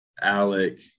Alec